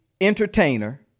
entertainer